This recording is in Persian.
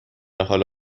حال